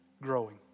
growing